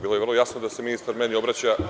Bilo je vrlo jasno da se ministar meni obraća.